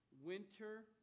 winter